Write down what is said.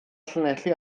llanelli